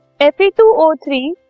Fe2O3